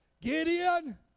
Gideon